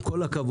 עם כל הכבוד,